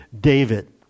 David